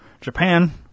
Japan